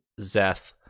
Zeth